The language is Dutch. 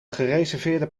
gereserveerde